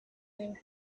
there